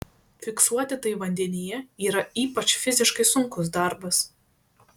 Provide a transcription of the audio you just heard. fiksuoti tai vandenyje yra ypač fiziškai sunkus darbas